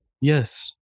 Yes